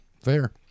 Fair